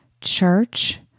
church